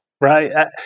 right